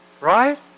right